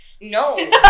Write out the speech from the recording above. No